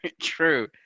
True